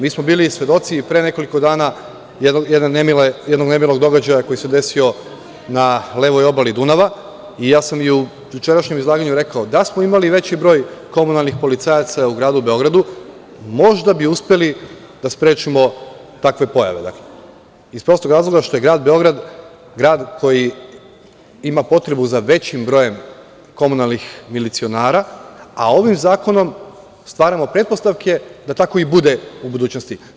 Mi smo bili svedoci, pre nekoliko dana jednog nemilog događaja koji se desio na levoj obali Dunava i ja sam i u jučerašnjem izlaganju rekao, da smo imali veći broj komunalnih policajaca u gradu Beogradu, možda bi uspeli da sprečimo takve pojave, iz prostog razloga što je grad Beograd, grad koji ima potrebu za većim brojem komunalnih milicionara, a ovim zakonom stvaramo pretpostavke da tako i bude u budućnosti.